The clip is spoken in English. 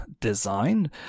design